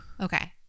Okay